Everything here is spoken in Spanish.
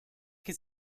que